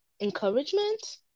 encouragement